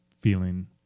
feeling